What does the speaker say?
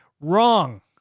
Wrong